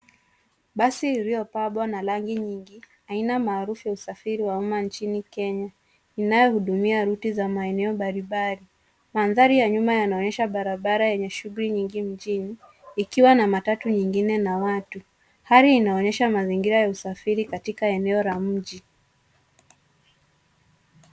Basi iliyopambwa na rangi nyingi, aina maarufu ya usafiri wa uma nchini Kenya, inayohudumia ruti za maeneo mbali mbali. Mandhari ya nyuma yanaonyesha barabara yenye shughuli nyingi mjini , ikiwa na matatu nyingine na watu. Hali inaonyesha mazingira ya usafiri katika eneo la mji.